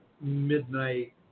midnight